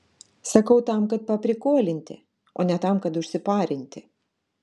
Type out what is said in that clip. sakau tam kad paprikolinti o ne tam kad užsiparinti